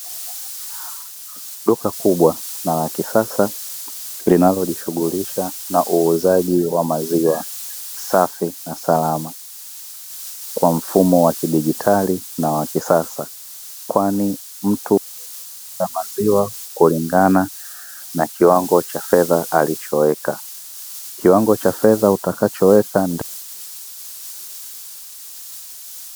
Duka kubwa na la kisasa linalojishughulisha na uuzaji wa maziwa safi na salama kwa mfumo wa kidigitali na wa kisasa. Kwani mtu anaweza kupata maziwa kulingana na kiwangi cha fedha anachoweka, kiwango cha fedha anachoweka ndio kiwango cha maziwa utakacho pata.